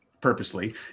purposely